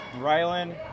Rylan